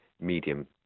medium